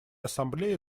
ассамблея